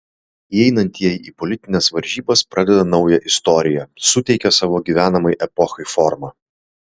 įeinantieji į politines varžybas pradeda naują istoriją suteikia savo gyvenamai epochai formą